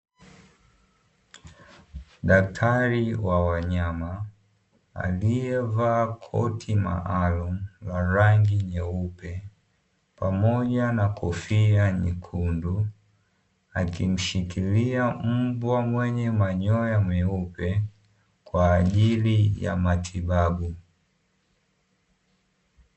Daktari wa wanyama, aliyevaa koti maalumu la rangi nyeupe pamoja na kofia nyekundu, akimshikilia mbwa mwenye manyoya meupe kwa ajili ya matibabu.